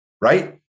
right